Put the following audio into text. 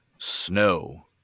Snow